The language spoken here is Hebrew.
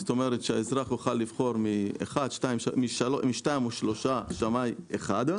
זאת אומרת שהאזרח יוכל לבחור משניים או שלושה שמאי אחד.